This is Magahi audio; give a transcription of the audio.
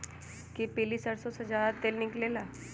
कि पीली सरसों से ज्यादा तेल निकले ला?